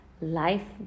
life